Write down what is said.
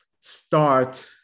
start